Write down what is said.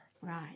Right